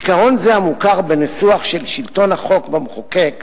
עיקרון זה, המוכר בניסוח של "שלטון החוק במחוקק",